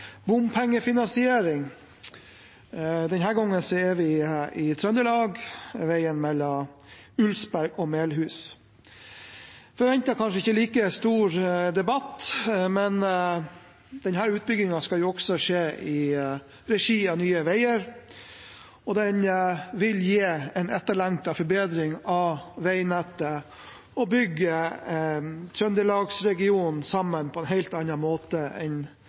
bompengefinansiering. Denne gangen er vi i Trøndelag, veien mellom Ulsberg og Melhus. En forventer kanskje ikke like stor debatt, men denne utbyggingen skal også skje i regi av Nye Veier. Den vil gi en etterlengtet forbedring av veinettet og bygge trøndelagsregionen sammen på en helt annen måte enn